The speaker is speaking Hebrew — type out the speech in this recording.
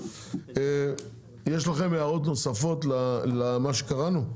יש לכם הערות נוספות למה שקראנו?